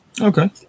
okay